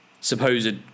supposed